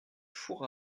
four